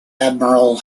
admiral